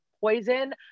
poison